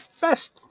best